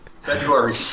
February